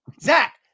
Zach